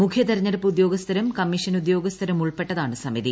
മുഖ്യ തെരഞ്ഞെടുപ്പ് ഉദ്യോഗസ്ഥരും കമ്മീഷണർ ഉദ്യോഗസ്ഥരും ഉൾപ്പെട്ടതാണ് സമിതി